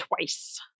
twice